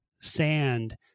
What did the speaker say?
sand